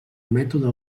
mètode